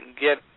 get